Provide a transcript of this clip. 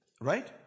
Right